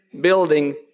building